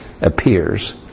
appears